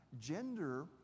gender